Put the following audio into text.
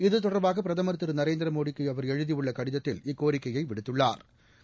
இது தொடர்பாக பிரதம்ர் திரு நரேந்திரமோடிக்கு எழுதியுள்ள கடிதத்தில் அவர் இக்கோரிக்கையை விடுத்துள்ளா்